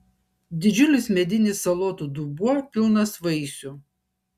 didžiulis medinis salotų dubuo pilnas vaisių